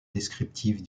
descriptive